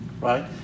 right